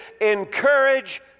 encourage